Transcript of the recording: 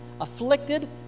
afflicted